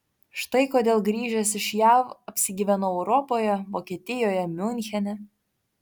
štai kodėl grįžęs iš jav apsigyvenau europoje vokietijoje miunchene